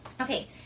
okay